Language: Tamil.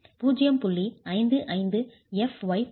55 fy பயன்படுத்த